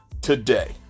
today